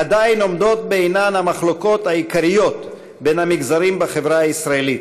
עדיין עומדות בעינן המחלוקות העיקריות בין המגזרים בחברה הישראלית: